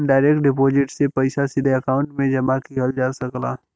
direct deposit से पइसा सीधे अकांउट में जमा किहल जा सकला